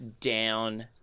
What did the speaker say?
down